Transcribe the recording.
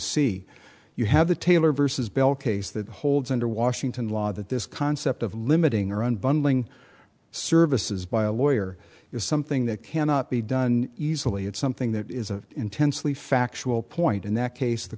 see you have the taylor versus bell case that holds under washington law that this concept of limiting or unbundling services by a lawyer is something that cannot be done easily it's something that is an intensely factual point in that case the